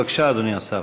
בבקשה, אדוני השר.